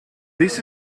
this